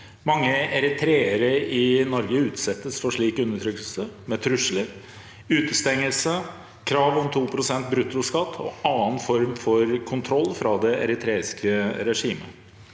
Mange eritreere i Norge utsettes for slik undertrykkelse med trusler, utestengelse, krav om 2 pst. bruttoskatt og annen form for kontroll fra det eritreiske regimet.